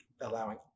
allowing